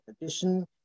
addition